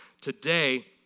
today